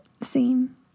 scene